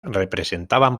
representaban